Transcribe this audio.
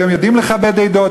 היום יודעים לכבד עדות,